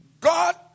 God